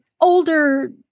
older